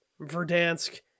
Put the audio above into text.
verdansk